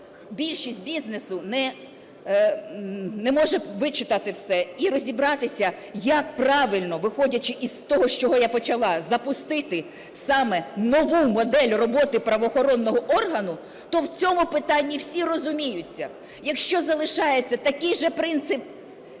більшість бізнесу не може вичитати все і розібратися, як правильно, виходячи з того, з чого я почала, запустити саме нову модель роботи правоохоронного органу, то в цьому питанні всі розуміються. Якщо залишається такий же принцип